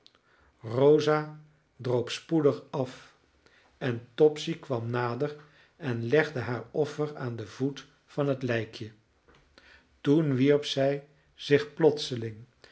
rosa droop spoedig af en topsy kwam nader en legde haar offer aan den voet van het lijkje toen wierp zij zich plotseling